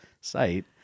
site